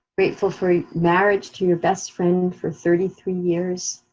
grateful for marriage to your best friend for thirty three years.